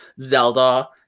Zelda